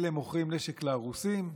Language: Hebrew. אלה מוכרים נשק לרוסים,